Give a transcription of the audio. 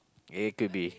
it could be